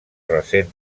recent